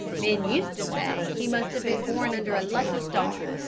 men used to say he must have been born under a lucky star,